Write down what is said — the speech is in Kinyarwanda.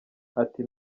ati